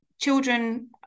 children